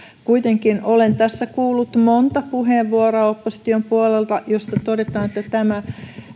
kuitenkin olen tässä kuullut monta puheenvuoroa opposition puolelta joissa todetaan että tämä